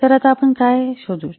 तर आता आपण काय शोधू